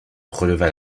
releva